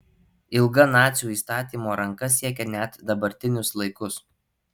ilga nacių įstatymo ranka siekia net dabartinius laikus